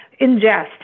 ingest